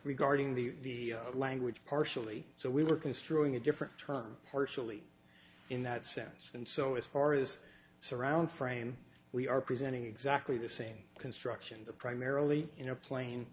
regarding the language partially so we were construing a different term partially in that sense and so as far as surround frame we are presenting exactly the same construction the primarily in a pla